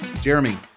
Jeremy